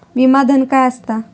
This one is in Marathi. विमा धन काय असता?